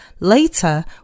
Later